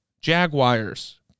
Jaguars